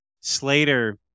Slater